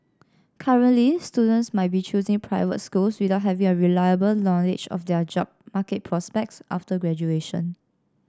currently students might be choosing private schools without having a reliable knowledge of their job market prospects after graduation